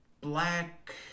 black